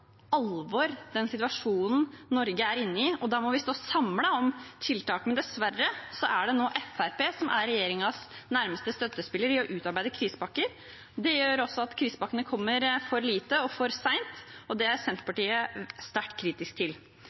alvor den situasjonen Norge er i. Da må vi stå samlet om tiltakene. Dessverre er det nå Fremskrittspartiet som er regjeringens nærmeste støttespiller i å utarbeide krisepakker. Det gjør også at krisepakkene er for små og kommer for sent. Det er Senterpartiet sterkt kritisk til.